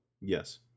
Yes